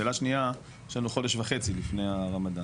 שאלה שנייה, יש לנו חודש וחצי לפני הרמדאן.